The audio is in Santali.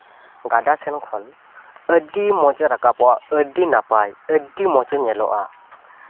ᱜᱟᱰᱟ ᱥᱮᱱ ᱠᱷᱚᱱ ᱟᱹᱰᱤ ᱢᱚᱡᱮ ᱨᱟᱠᱟᱵᱚᱜᱼᱟ ᱟᱹᱰᱤ ᱱᱟᱯᱟᱭ ᱟᱹᱰᱤ ᱢᱚᱡᱮ ᱧᱮᱞᱚᱜᱼᱟ